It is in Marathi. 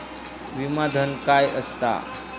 विमा धन काय असता?